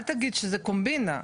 אל תגיד שזה קומבינה,